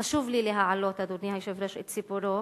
חשוב לי להעלות, אדוני היושב-ראש, את סיפורו,